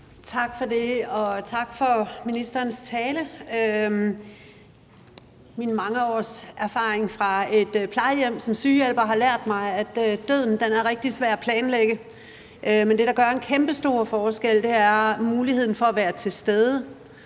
Tak for det, og tak for ministerens tale. Mine mange års erfaringer fra et plejehjem som sygehjælper har lært mig, at døden er rigtig svær at planlægge, men det, der gør en kæmpestor forskel, er muligheden for at være til stede